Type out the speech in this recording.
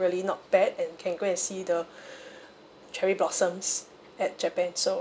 really not bad and can go and see the cherry blossoms at japan so